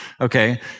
okay